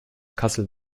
kassel